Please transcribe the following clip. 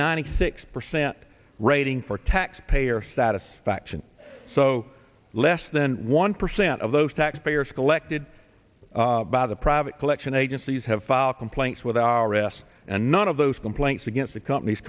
ninety six percent rating for tax payer satisfaction so less than one percent of those tax payers collected by the private collection agencies have filed complaints with r s and none of those complaints against the compan